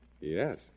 Yes